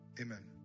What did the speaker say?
Amen